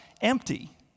empty